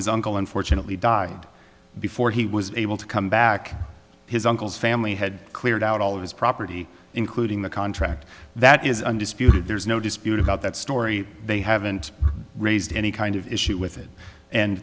unfortunately died before he was able to come back his uncle's family had cleared out all of his property including the contract that is undisputed there's no dispute about that story they haven't raised any kind of issue with it and